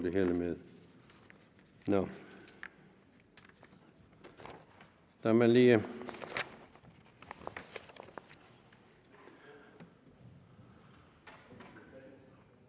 det hele med.